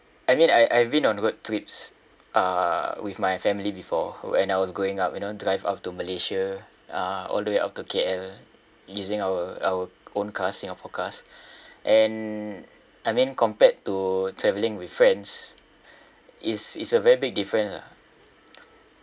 I mean I I've been on road trips uh with my family before when I was growing up you know drive off to Malaysia uh all the way up to K_L using our our own car singapore cars and I mean compared to travelling with friends it's it's a very big difference ah